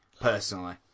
personally